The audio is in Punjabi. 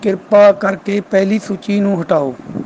ਕਿਰਪਾ ਕਰਕੇ ਪਹਿਲੀ ਸੂਚੀ ਨੂੰ ਹਟਾਓ